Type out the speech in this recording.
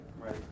Right